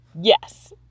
Yes